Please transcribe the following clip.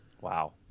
wow